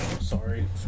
Sorry